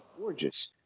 gorgeous